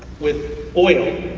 with oil,